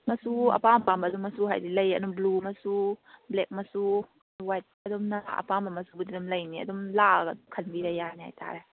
ꯃꯆꯨ ꯑꯄꯥꯝ ꯑꯄꯥꯝꯕ ꯑꯗꯨꯝ ꯃꯆꯨ ꯍꯥꯏꯗꯤ ꯂꯩ ꯑꯗꯨꯝ ꯕ꯭ꯂꯨ ꯃꯆꯨ ꯕ꯭ꯂꯦꯛ ꯃꯆꯨ ꯋꯥꯏꯠ ꯑꯗꯨꯝ ꯅꯪ ꯑꯄꯥꯝꯕ ꯃꯆꯨꯕꯨꯗꯤ ꯑꯗꯨꯝ ꯂꯩꯅꯤ ꯑꯗꯨꯝ ꯂꯥꯛꯑꯒ ꯈꯟꯕꯤꯕ ꯌꯥꯅꯤ ꯍꯥꯏꯇꯥꯔꯦ